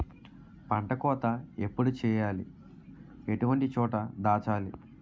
పంట కోత ఎప్పుడు చేయాలి? ఎటువంటి చోట దాచాలి?